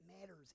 matters